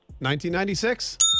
1996